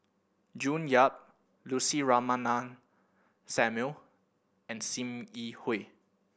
June Yap Lucy Ratnammah Samuel and Sim Yi Hui